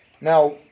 Now